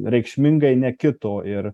reikšmingai nekito ir